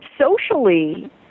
Socially